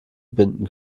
binden